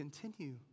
continue